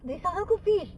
they seldom cook fish